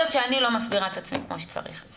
לא מסבירה את עצמי כמו שצריך.